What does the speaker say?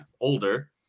older